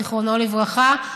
זיכרונו לברכה.